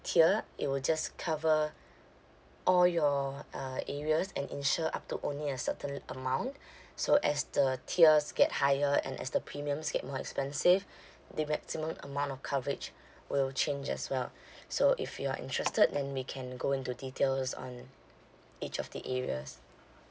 tier it will just cover all your uh areas and insure up to only a certain amount so as the tiers get higher and as the premiums get more expensive the maximum amount of coverage will change as well so if you are interested then we can go into details on each of the areas